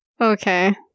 Okay